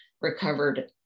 recovered